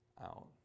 out